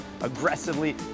aggressively